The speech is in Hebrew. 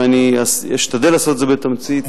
ואני אשתדל לעשות את זה בתמצית,